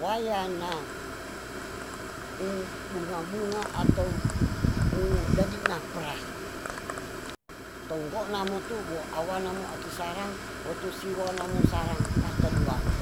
waya na u bunga bunga atau u dadina pera tongkona motu wo awana mo aki sarang wotu si wana mo sarang pata duanga